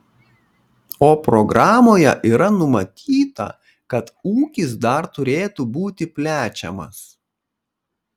o programoje yra numatyta kad ūkis dar turėtų būti plečiamas